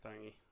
thingy